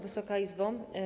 Wysoka Izbo!